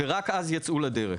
ורק אז יצאו לדרך.